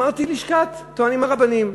אמרתי: לשכת הטוענים הרבניים.